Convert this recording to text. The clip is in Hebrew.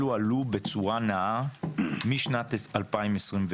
אלו עלו בצורה נאה, משנת 2021,